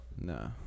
No